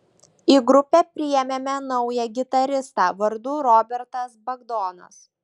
į grupę priėmėme naują gitaristą vardu robertas bagdonas